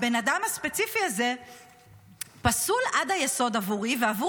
הבן אדם הספציפי הזה פסול עד היסוד עבורי ועבור